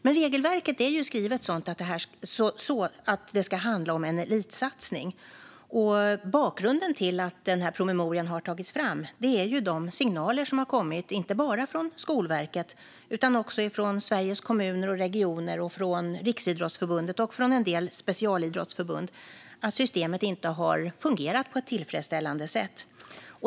Men regelverket är skrivet så att det ska handla om en elitsatsning, och bakgrunden till att den här promemorian har tagits fram är de signaler som har kommit inte bara från Skolverket utan också från Sveriges Kommuner och Regioner, Riksidrottsförbundet och en del specialidrottsförbund om att systemet inte har fungerat på ett tillfredsställande sätt.